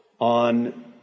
on